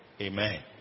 Amen